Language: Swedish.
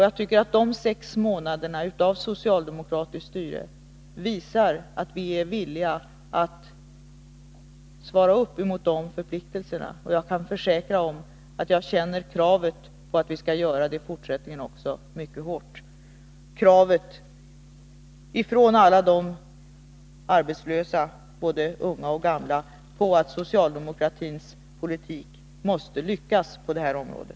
Jag tycker att de sex månaderna av socialdemokratiskt styre visar att vi är villiga att svara mot de förpliktelserna. Jag kan försäkra att jag känner kravet mycket hårt på att vi skall göra det i fortsättningen också — kravet från alla de arbetslösa, både unga och gamla, på att socialdemokratisk politik måste lyckas på det här området.